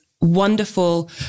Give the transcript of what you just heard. wonderful